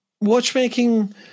watchmaking